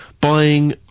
buying